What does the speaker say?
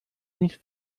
nicht